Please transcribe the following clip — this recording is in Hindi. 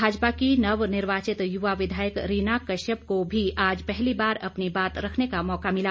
भाजपा की नवनिर्वाचित युवा विधायक रीना कश्यप को भी आज पहली बार अपनी बात रखने का मौका मिला